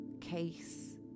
case